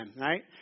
right